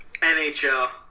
NHL